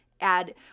add